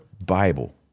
Bible